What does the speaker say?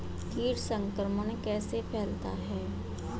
कीट संक्रमण कैसे फैलता है?